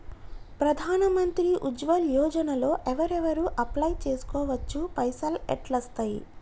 ప్రధాన మంత్రి ఉజ్వల్ యోజన లో ఎవరెవరు అప్లయ్ చేస్కోవచ్చు? పైసల్ ఎట్లస్తయి?